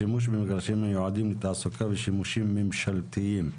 שימוש במגרשים המיועדים לתעסוקה ושימושים ממשלתיים,